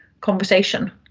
conversation